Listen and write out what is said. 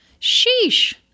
Sheesh